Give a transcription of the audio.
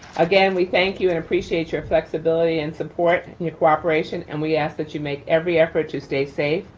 again, we thank you and appreciate your flexibility and support and your cooperation. and we ask that you make every effort to stay safe,